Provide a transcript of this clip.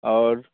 और